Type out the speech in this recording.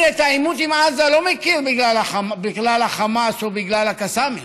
את העימות עם עזה אני לא מכיר בגלל החמאס או בגלל הקסאמים,